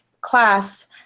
class